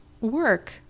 work